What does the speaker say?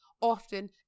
often